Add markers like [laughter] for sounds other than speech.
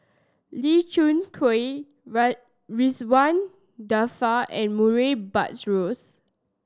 Lee Khoon Choy [unintelligible] Ridzwan Dzafir and Murray Buttrose